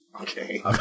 okay